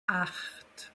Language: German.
acht